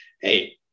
hey